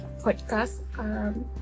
Podcast